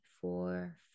four